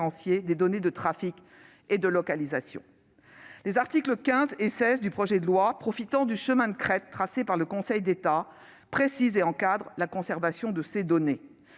des données de trafic et de localisation. Les articles 15 et 16 du projet de loi, profitant du « chemin de crête » tracé par le Conseil d'État, précisent et encadrent la conservation de ces données.